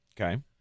Okay